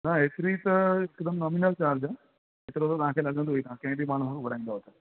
न हेतिरी त हिकदमि नोमिनल चार्ज आहे एतिरो त तव्हांखे लॻंदो ई तव्हां कंहिं बि माण्हूअ खे घुराईंदुव त